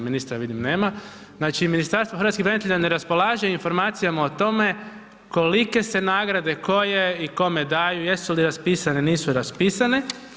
Ministra vidim nema, znači Ministarstvo hrvatskih branitelja ne raspolaže informacijama o tome koliko se nagrade koje i kome daju, jesu li raspisane, nisu raspisane.